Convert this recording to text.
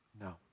No